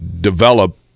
develop